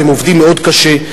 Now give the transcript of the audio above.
והם עובדים מאוד קשה.